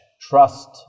trust